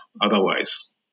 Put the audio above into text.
otherwise